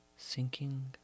sinking